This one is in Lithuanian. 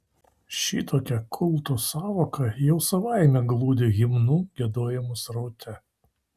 šitokia kulto sąvoka jau savaime glūdi himnų giedojimo sraute